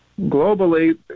globally